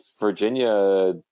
Virginia